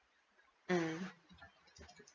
mm